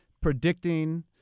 predicting